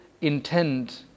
intend